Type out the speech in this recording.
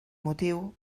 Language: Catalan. motiu